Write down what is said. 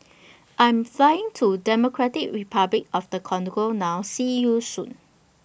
I'm Flying to Democratic Republic of The Congo now See YOU Soon